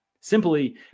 Simply